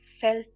felt